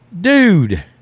Dude